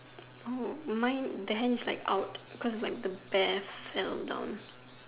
Oh mine the hand is like out cause like the bear fell down